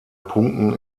punkten